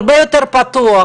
הרבה יותר פתוח,